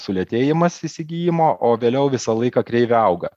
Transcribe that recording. sulėtėjimas įsigijimo o vėliau visą laiką kreivė auga